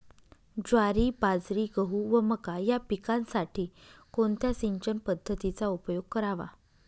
ज्वारी, बाजरी, गहू व मका या पिकांसाठी कोणत्या सिंचन पद्धतीचा उपयोग करावा?